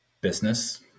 business